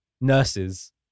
nurses